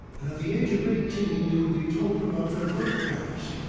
and at the age of eighteen, they would be told about their birth parents.